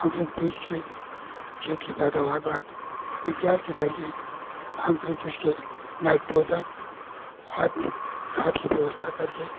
हम बीज से खेत की पैदावार बढ़ाते हैं विज्ञान के जरिये हम अपने खेत के लिए नाइट्रोजन खाद खाद की व्यवस्था करके